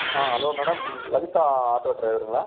ஆ hello madam Lalitha auto டிரைவருங்களா